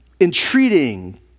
entreating